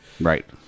right